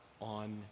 on